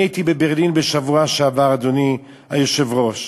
אני הייתי בברלין בשבוע שעבר, אדוני היושב-ראש,